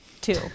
two